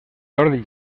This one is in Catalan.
jordi